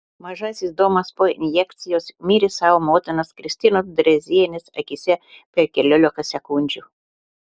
mažasis domas po injekcijos mirė savo motinos kristinos drėzienės akyse per keliolika sekundžių